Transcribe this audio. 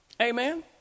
amen